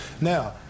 Now